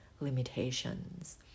limitations